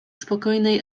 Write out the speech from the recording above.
spokojnej